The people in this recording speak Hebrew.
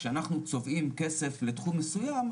כשאנחנו צובעים כסף לתחום מסוים,